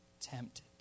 tempted